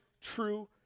true